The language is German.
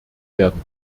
werden